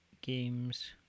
games